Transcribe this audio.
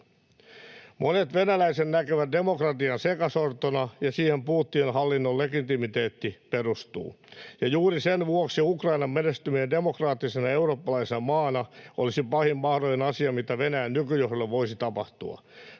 Monet venäläiset näkevät demokratian sekasortona, ja siihen Putinin hallinnon legitimiteetti perustuu, ja juuri sen vuoksi Ukrainan menestyminen demokraattisena eurooppalaisena maana olisi pahin mahdollinen asia, mitä Venäjän nykyjohdolle voisi tapahtua.